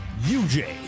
UJ